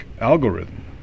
algorithm